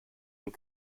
and